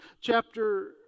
chapter